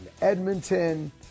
Edmonton